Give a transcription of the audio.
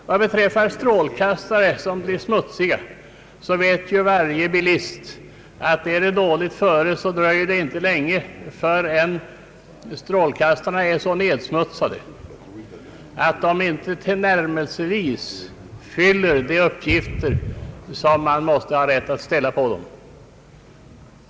Vad beträffar strålkastare som blir smutsiga vet varje bilist att om föret är dåligt dröjer det inte länge förrän strålkastarna är så nedsmutsade att de inte tillnärmelsevis fyller de krav som man måste ha rätt att ställa på dem.